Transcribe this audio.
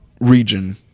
region